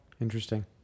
interesting